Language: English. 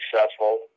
successful